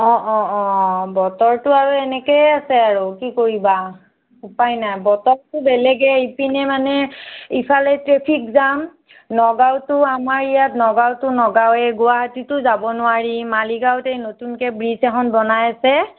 অঁ অঁ অঁ বতৰটো আৰু এনেকেই আছে আৰু কি কৰিবা উপায় নাই বতৰটো বেলেগেই এইপিনে মানে ইফালে ট্ৰেফিক জাম নগাঁৱততো আমাৰ ইয়াত নগাঁৱততো নগাঁৱেই গুৱাহাটীতো যাব নোৱাৰি মালিগাঁৱতেই নতুনকৈ ব্ৰিজ এখন বনাই আছে